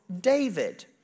David